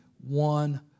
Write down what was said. one